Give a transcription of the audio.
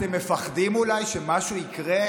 אתם מפחדים אולי שמשהו יקרה?